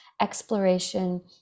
exploration